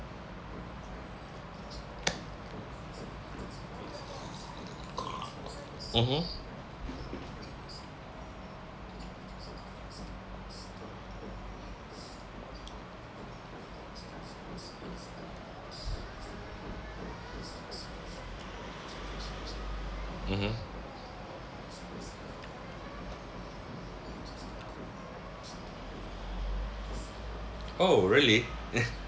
mmhmm mmhmm oh really